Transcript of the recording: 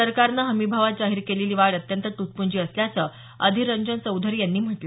सरकारनं हमीभावात जाहीर केलेली वाढ अत्यंत तुटपुंजी असल्याचं अधीर रंजन चौधरी यांनी म्हटलं